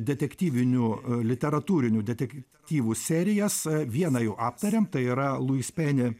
detektyvinių literatūrinių detektyvų serijas vieną jau aptarėm tai yra luis peni